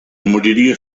moriria